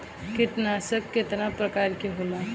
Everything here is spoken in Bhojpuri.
कीटनाशक केतना प्रकार के होला?